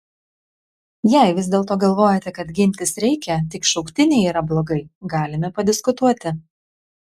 jei vis dėlto galvojate kad gintis reikia tik šauktiniai yra blogai galime padiskutuoti